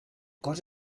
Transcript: cos